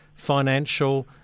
financial